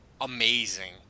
Amazing